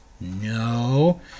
no